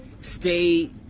stay